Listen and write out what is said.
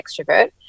extrovert